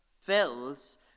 fills